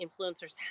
influencers